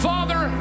Father